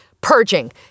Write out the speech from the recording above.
purging